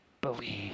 believe